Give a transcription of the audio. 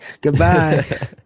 Goodbye